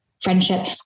friendship